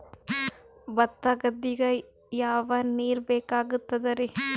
ಭತ್ತ ಗದ್ದಿಗ ಯಾವ ನೀರ್ ಬೇಕಾಗತದರೀ?